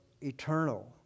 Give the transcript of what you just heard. eternal